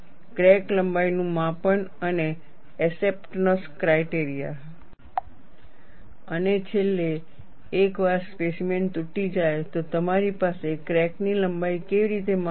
crack લંબાઈનું માપન અને એસેપ્ટનસ ક્રાઇટેરિયા અને છેલ્લે એકવાર સ્પેસીમેન તૂટી જાય તો તમારી પાસે ક્રેક ની લંબાઈ કેવી રીતે માપવી